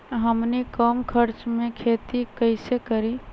हमनी कम खर्च मे खेती कई से करी?